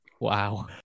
Wow